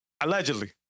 Allegedly